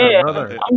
brother